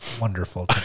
wonderful